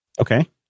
Okay